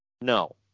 No